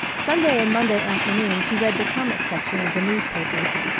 sunday and monday afternoons he read the comic sections of the newspapers.